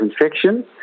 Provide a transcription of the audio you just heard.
infection